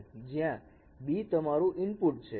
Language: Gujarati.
જ્યાં B તમારું ઇનપુટ છે